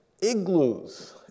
igloos